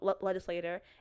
legislator